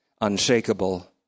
unshakable